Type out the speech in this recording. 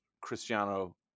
Cristiano